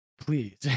Please